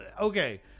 Okay